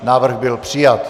Návrh byl přijat.